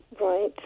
Right